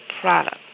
product